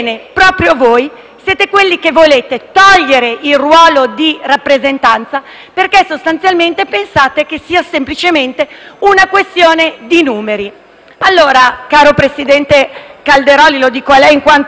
siete quelli che volete togliere il ruolo di rappresentanza perché sostanzialmente pensate che sia semplicemente una questione di numeri. Caro presidente Calderoli, mi rivolgo a lei in quanto relatore